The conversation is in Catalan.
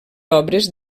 obres